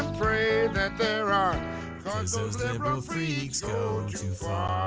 pray that there are because those liberal freaks so